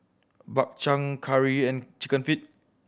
Bak Chang curry and Chicken Feet